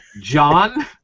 John